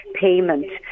payment